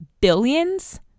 billions